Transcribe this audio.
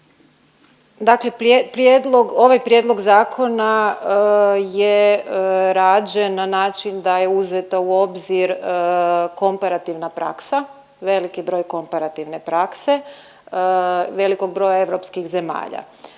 Dakle, ovaj prijedlog zakona je rađen na način da je uzeta u obzir komparativna praksa, veliki broj komparativne prakse velikog broja europskih zemalja.